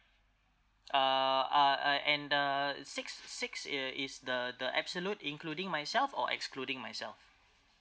uh ah uh and the six six i~ uh is the the absolute including myself or excluding myself